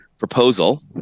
proposal